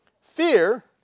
Fear